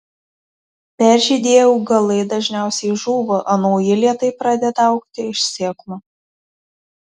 peržydėję augalai dažniausiai žūva o nauji lėtai pradeda augti iš sėklų